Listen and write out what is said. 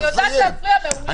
אני יודעת להפריע מעולה.